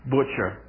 Butcher